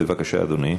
בבקשה, אדוני.